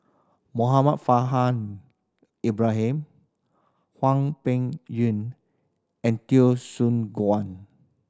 Muhammad Ibrahim Hwang Peng Yuan and Teo Soon Guan